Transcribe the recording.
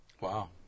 Wow